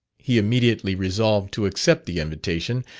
he immediately resolved to accept the invitation,